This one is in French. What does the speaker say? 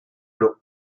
l’eau